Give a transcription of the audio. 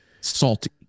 salty